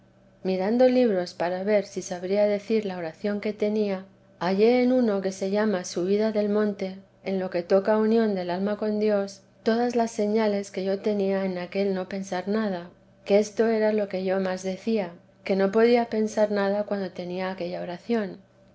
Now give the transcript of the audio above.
mirando libros para ver si sabría decir la oración que tenía hallé en uno que se llama sabida del monte en lo que toca a unión del alma con dios todas las señales que yo tenía en aquel no pensar nada que esto era lo que yo más decía que no podía pensar nada cuando tenía aquella oración